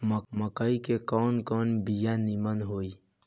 मकई के कवन कवन बिया नीमन होई?